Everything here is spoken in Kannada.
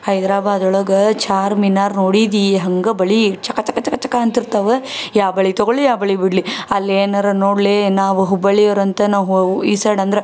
ಹೈದರಾಬಾದ್ ಒಳಗೆ ಚಾರ್ಮಿನಾರ್ ನೋಡಿದೀ ಹಾಗೆ ಬಳೆ ಚಕ ಚಕ ಚಕ ಚಕ ಅಂತಿರ್ತಾವ ಯಾವ ಬಳೆ ತಗೊಳ್ಳಿ ಯಾವ ಬಳೆ ಬಿಡಲಿ ಅಲ್ಲಿ ಏನಾರ ನೋಡಲೇ ನಾವು ಹುಬ್ಬಳ್ಳಿಯವ್ರು ಅಂತ ನಾವು ಈ ಸೈಡ್ ಅಂದ್ರೆ